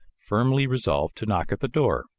firmly resolved to knock at the door.